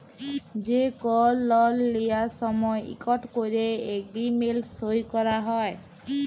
যে কল লল লিয়ার সময় ইকট ক্যরে এগ্রিমেল্ট সই ক্যরা হ্যয়